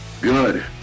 Good